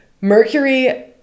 Mercury